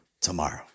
tomorrow